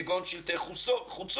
כגון שלטי חוצות,